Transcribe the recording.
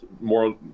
more